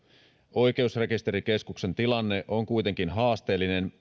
oikeusrekisterikeskuksen tilanne on kuitenkin haasteellinen